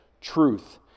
truth